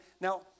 now